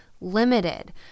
limited